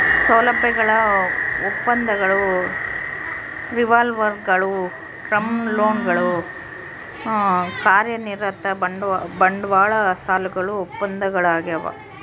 ಸೌಲಭ್ಯಗಳ ಒಪ್ಪಂದಗಳು ರಿವಾಲ್ವರ್ಗುಳು ಟರ್ಮ್ ಲೋನ್ಗಳು ಕಾರ್ಯನಿರತ ಬಂಡವಾಳ ಸಾಲಗಳು ಒಪ್ಪಂದಗಳದಾವ